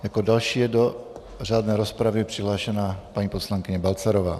Jako další je do řádné rozpravy přihlášena paní poslankyně Balcarová.